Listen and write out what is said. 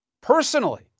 personally